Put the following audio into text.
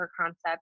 concept